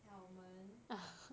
almond